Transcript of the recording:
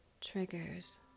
triggers